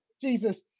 Jesus